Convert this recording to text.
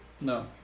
No